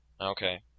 Okay